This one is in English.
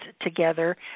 together